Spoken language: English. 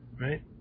Right